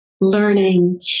learning